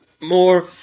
more